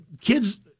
kids